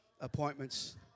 appointments